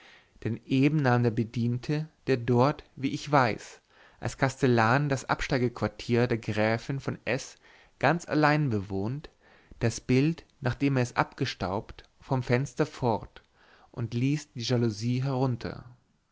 denn eben nahm der bediente der dort wie ich weiß als kastellan das absteigequartier der gräfin von s ganz allein bewohnt das bild nachdem er es abgestaubt vom fenster fort und ließ die jalousie herunter